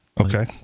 Okay